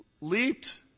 leaped